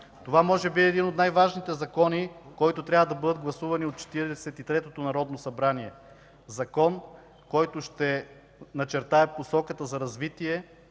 Това може би е един от най-важните закони, които трябва да бъдат гласувани от Четиридесет и третото народно събрание – Закон, който ще начертае посоката за развитие